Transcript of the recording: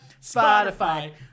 Spotify